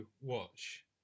watch